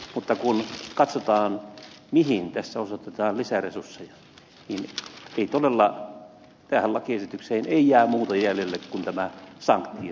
mutta kun katsotaan mihin tässä osoitetaan lisäresursseja niin todella tähän lakiesitykseen ei jää muuta jäljelle kuin tämä sanktio osa pelkkä keppi